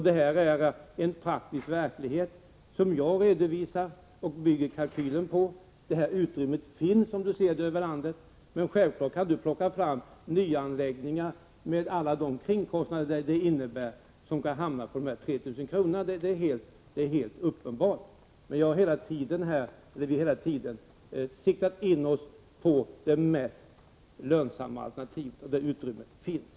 Det här är den praktiska verklighet som jag redovisar och bygger kalkylen på. Ser man till situationen i hela landet, finner man att det finns ett utrymme i detta sammanhang. Men självfallet går det att plocka fram nyanläggningar med alla kringkostnader som de för med sig och då kan man hamna på en kostnad av 3 000 kr. Det är helt uppenbart att någonting sådant är möjligt. Men vi har hela tiden siktat in oss på det mest lönsamma alternativet där det finns ett utrymme.